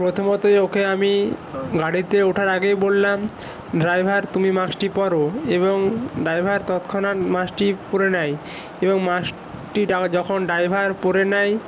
প্রথমতই ওকে আমি গাড়িতে ওঠার আগেই বললাম ড্রাইভার তুমি মাস্কটি পরো এবং ড্রাইভার তৎক্ষণাৎ মাস্কটি পরে নেয় এবং মাস্কটি ডা যখন ড্রাইভার পরে নেয়